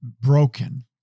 broken